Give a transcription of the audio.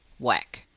whack!